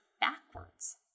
backwards